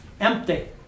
Empty